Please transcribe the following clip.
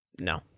No